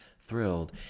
thrilled